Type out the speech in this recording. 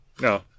no